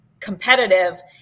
Competitive